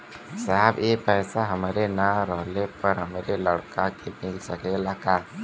साहब ए पैसा हमरे ना रहले पर हमरे लड़का के मिल सकेला का?